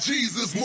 Jesus